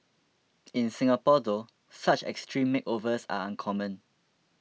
in Singapore though such extreme makeovers are uncommon